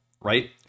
right